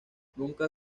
nunca